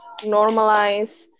normalize